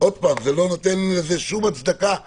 עוד פעם, אני לא נותן לזה שום הצדקה וכלום,